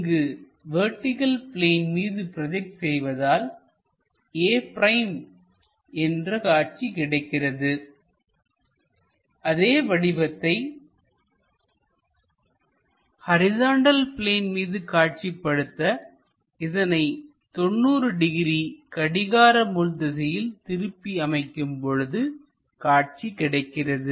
இங்கு vertical plane மீது project செய்வதால் a' என்ற காட்சி கிடைக்கிறது அதே வடிவத்தை ஹரிசாண்டல் பிளேன் மீது காட்சிப்படுத்தி இதனை 90 டிகிரி கடிகார முள் திசையில் திருப்பி அமைக்கும் பொழுது காட்சி கிடைக்கிறது